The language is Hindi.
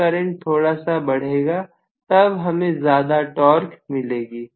जब करंट थोड़ा सा बढ़ेगा तब हमें ज्यादा टॉर्क मिलेगी